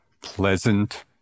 pleasant